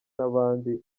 n’abandi